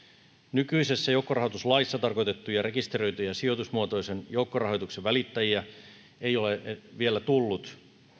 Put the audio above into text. nykyisessä joukkorahoituslaissa tarkoitettuja rekisteröityjä sijoitusmuotoisen joukkorahoituksen välittäjiä ei ole vielä tullut